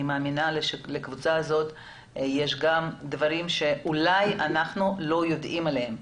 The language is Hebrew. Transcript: אני מאמינה שלקבוצה הזאת יש גם דברים שאולי אנחנו לא יודעים עליהם.